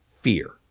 fear